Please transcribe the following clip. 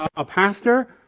a pastor.